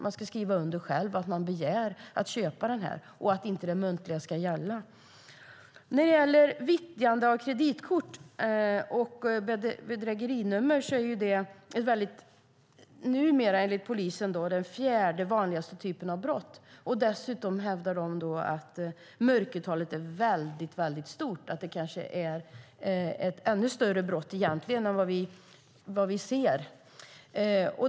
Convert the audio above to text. Man ska skriva under själv att man begär att köpa något. Det muntliga ska inte gälla. Vittjande av kreditkort och bedrägerinummer är numera, enligt polisen, den fjärde vanligaste typen av brott. Dessutom hävdar de att mörkertalet är stort. Det kanske egentligen är ett ännu större brott än vad vi ser.